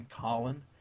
Colin